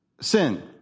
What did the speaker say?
sin